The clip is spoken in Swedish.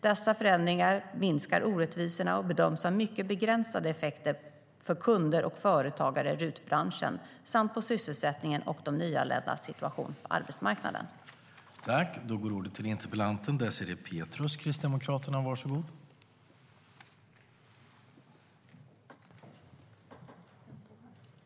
Dessa förändringar minskar orättvisorna och bedöms ha mycket begränsade effekter för kunder och företagare i RUT-branschen samt på sysselsättningen och de nyanländas situation på arbetsmarknaden.